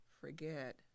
forget